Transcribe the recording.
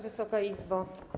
Wysoka Izbo!